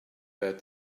had